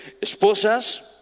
esposas